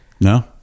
No